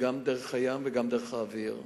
גם דרך הים וגם דרך האוויר.